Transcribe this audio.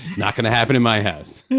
not going to happen in my house.